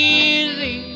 easy